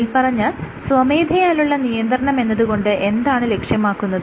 മേല്പറഞ്ഞ സ്വമേധയാലുള്ള നിയന്ത്രണമെന്നത് കൊണ്ട് എന്താണ് ലക്ഷ്യമാക്കുന്നത്